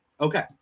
Okay